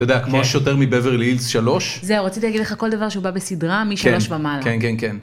אתה יודע, כמו השוטר מבברלי הילס 3. זהו, רציתי להגיד לך כל דבר שהוא בא בסדרה משלוש במהלך. כן, כן, כן.